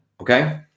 Okay